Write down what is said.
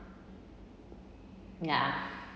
ya